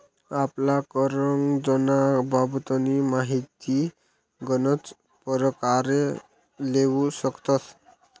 आपला करजंना बाबतनी माहिती गनच परकारे लेवू शकतस